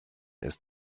ist